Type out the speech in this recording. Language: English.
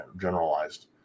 generalized